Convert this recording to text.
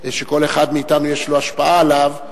שכל אחד מאתנו, יש לו השפעה עליו: